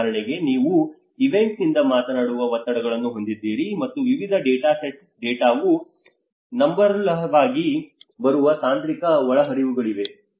ಉದಾಹರಣೆಗೆ ನೀವು ಈವೆಂಟ್ನಿಂದ ಮಾತನಾಡುವ ಒತ್ತಡಗಳನ್ನು ಹೊಂದಿದ್ದೀರಿ ಮತ್ತು ವಿವಿಧ ಡೇಟಾ ಸೆಟ್ಗಳ ಡೇಟಾವು ನಂಬಲರ್ಹವಾಗಿ ಬರುವ ತಾಂತ್ರಿಕ ಒಳಹರಿವುಗಳಿವೆ